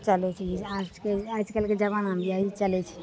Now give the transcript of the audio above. चलय छै आजके आजकलके जमाना मे यही चलय छै